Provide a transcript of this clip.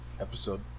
episode